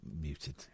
muted